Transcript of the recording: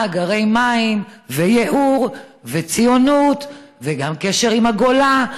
מאגרי מים וייעור וציונות וגם קשר עם הגולה.